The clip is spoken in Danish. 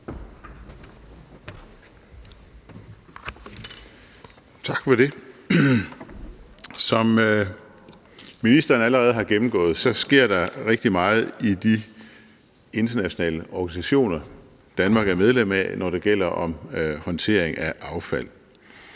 Tak for det. Som ministeren allerede har gennemgået, sker der rigtig meget i de internationale organisationer, Danmark er medlem af, når det gælder håndtering af affald.